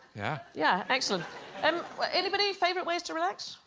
yeah, yeah excellent um anybody's favorite ways to relax.